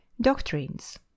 Doctrines